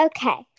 Okay